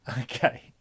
Okay